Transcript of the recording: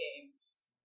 games